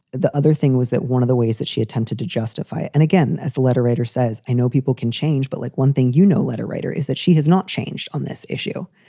the other thing was that one of the ways that she attempted to justify it and again, as the letter writer says, i know people can change. but like one thing, you know, letter writer is that she has not changed on this issue,